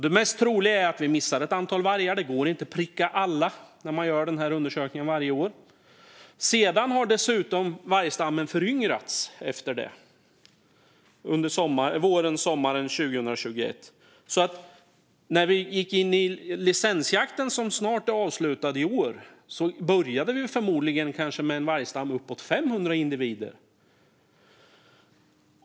Det mest troliga är att vi missar ett antal vargar, för det går inte att pricka in alla när man gör den här undersökningen varje år. Vargstammen har dessutom föryngrats sedan man räknade, under våren och sommaren 2021. När vi gick in i licensjakten, som snart är avslutad i år, började vi alltså förmodligen med en vargstam på uppåt 500 individer.